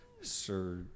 Sir